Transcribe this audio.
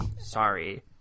Sorry